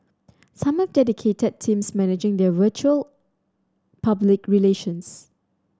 some have dedicated teams managing their virtual public relations